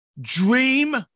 dream